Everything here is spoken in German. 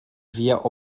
wir